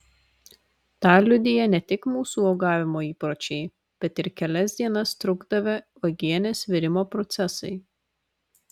tą liudija ne tik mūsų uogavimo įpročiai bet ir kelias dienas trukdavę uogienės virimo procesai